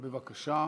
בבקשה.